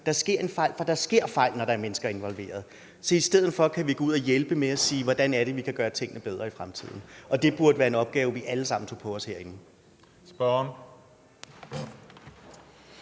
der sker en fejl, for der sker fejl, når der er mennesker involveret. I stedet for kan vi gå ud og hjælpe med at se på, hvordan man kan gøre tingene bedre i fremtiden. Og det burde være en opgave, som vi alle sammen tog på os herinde.